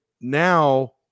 now